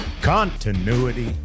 Continuity